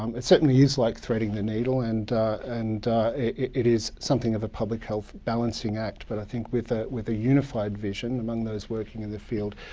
um it certainly is like threading the needle, and and it is something of a public health balancing act. but i think with ah with a unified vision among those working in the field,